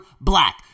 black